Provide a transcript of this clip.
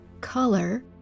color